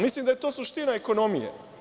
Mislim da je to suština ekonomije.